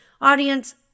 audience